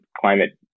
climate